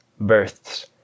births